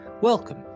Welcome